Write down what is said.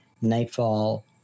Nightfall